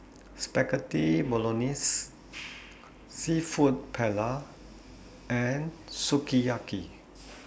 Spaghetti Bolognese Seafood Paella and Sukiyaki